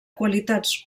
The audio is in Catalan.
qualitats